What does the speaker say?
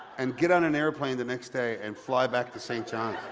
and get on an airplane the next day and fly back to st. john.